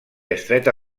estreta